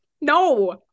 no